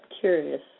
curious